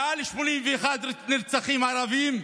מעל 81 נרצחים ערבים,